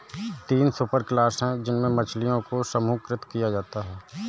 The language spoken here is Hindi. तीन सुपरक्लास है जिनमें मछलियों को समूहीकृत किया जाता है